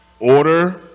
Order